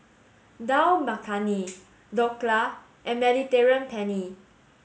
Dal Makhani Dhokla and Mediterranean Penne